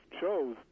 chose